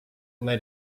let